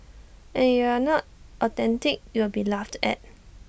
and if you are not authentic you will be laughed at